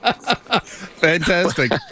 Fantastic